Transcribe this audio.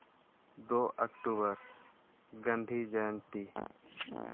ᱫᱩ ᱚᱠᱴᱳᱵᱚᱨ ᱜᱟᱱᱫᱷᱤ ᱡᱚᱭᱚᱱᱛᱤ